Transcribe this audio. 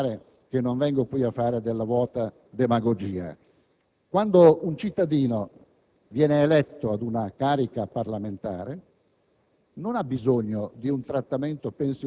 faccio una proposta concreta per dimostrare che non vengo qui a fare della vuota demagogia: quando un cittadino viene eletto ad una carica parlamentare